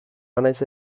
banaiz